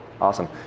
Awesome